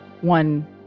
one